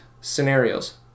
scenarios